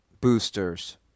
boosters